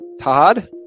Todd